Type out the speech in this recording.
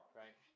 right